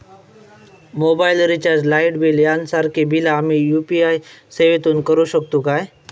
Mobile recharge, light bill यांसारखी बिला आम्ही यू.पी.आय सेवेतून करू शकतू काय?